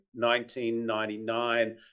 1999